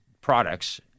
products